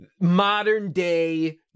modern-day